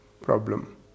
problem